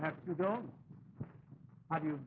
i have no idea